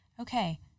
Okay